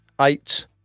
eight